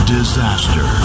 disaster